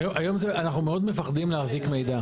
היום זה, אנחנו מאוד מפחדים להחזיק מידע.